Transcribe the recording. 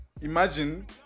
imagine